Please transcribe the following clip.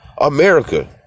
America